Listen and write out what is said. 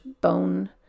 bone